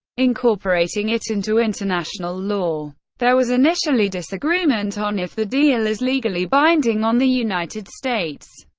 incorporating it into international law. there was initially disagreement on if the deal is legally binding on the united states.